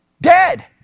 Dead